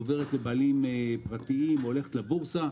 או עוברת לבעלים פרטיים והולכת לבורסה.